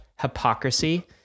hypocrisy